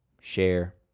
share